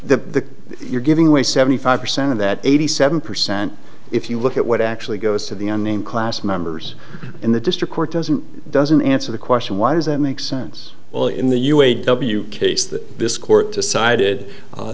the you're giving away seventy five percent of that eighty seven percent if you look at what actually goes to the unnamed class members in the district court doesn't doesn't answer the question why does it make sense well in the u a w case that this court decided